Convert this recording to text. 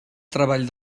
treball